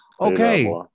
Okay